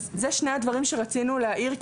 אלה שני הדברים שרצינו להעיר.